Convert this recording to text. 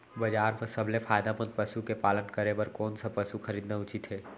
बजार म सबसे फायदामंद पसु के पालन करे बर कोन स पसु खरीदना उचित हे?